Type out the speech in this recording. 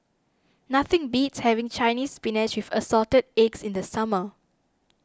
nothing beats having Chinese Spinach with Assorted Eggs in the summer